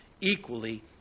equally